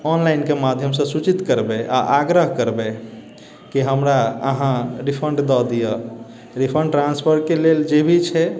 ऑनलाइनके माध्यमसँ सूचित करबै आओर आग्रह करबै कि हमरा अहाँ रिफण्ड दअ दियऽ रिफण्ड ट्रान्सफर कऽ जे भी छै